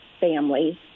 families